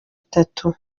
itatu